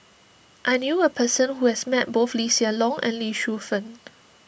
I knew a person who has met both Lee Hsien Loong and Lee Shu Fen